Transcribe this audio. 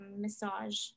massage